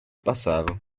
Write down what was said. passavam